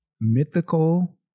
mythical